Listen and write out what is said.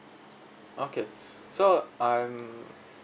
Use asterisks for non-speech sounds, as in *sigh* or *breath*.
okay *breath* so I'm